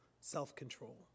self-control